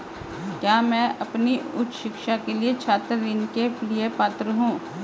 क्या मैं अपनी उच्च शिक्षा के लिए छात्र ऋण के लिए पात्र हूँ?